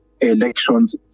elections